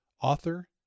author